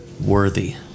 Worthy